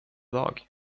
dag